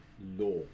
law